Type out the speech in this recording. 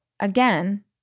Again